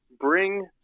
bring